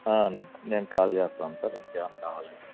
నేన్ కాల్ చేస్తాను సార్ ఇంకేమన్నా కావాలంటే